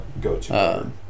go-to